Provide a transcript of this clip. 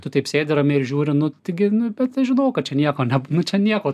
tu taip sėdi ramiai ir žiūri nu taigi nu bet aš žinau kad čia nieko ne nu čia nieko